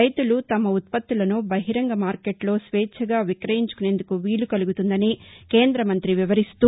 రైతులు తమ ఉత్పత్తులను బహిరంగ మార్కెట్లో స్వేచ్ఛగా విక్రయించుకునేందుకు వీలు కలుగుతుందని కేంద్రమం్తి వివరిస్తూ